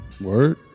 Word